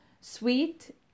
sweet